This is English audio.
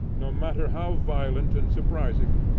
no matter how violent and surprising,